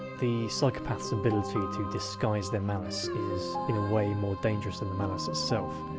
the psychopath's ability to disguise their malice is, in a way, more dangerous than the malice itself.